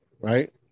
right